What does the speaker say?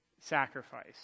sacrifice